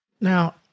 Now